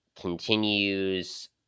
continues